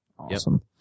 Awesome